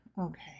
Okay